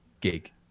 gig